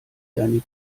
deine